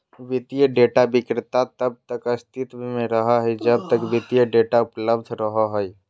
वित्तीय डेटा विक्रेता तब तक अस्तित्व में रहो हइ जब तक वित्तीय डेटा उपलब्ध रहो हइ